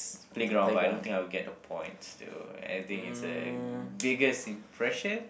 playground but I don't think I will get the points though I think it's a biggest impression